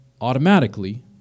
automatically